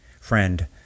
friend